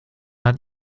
hat